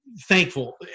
thankful